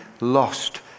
lost